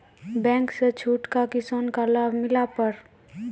Bank से छूट का किसान का लाभ मिला पर?